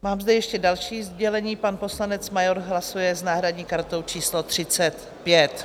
Mám zde ještě další sdělení: pan poslanec Major hlasuje s náhradní kartou číslo 35.